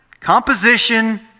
composition